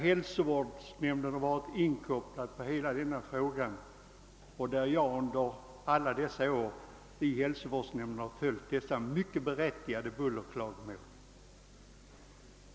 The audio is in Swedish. Hälsovårdsnämnden har hela tiden varit inkopplad på denna fråga, och jag har som ledamot i hälsovårdsnämnden haft tillfälle att ta del av alla dessa berättigade bullerklagomål.